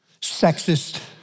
sexist